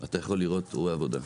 אתה יכול לראות הוא רואה עבודה.